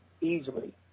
easily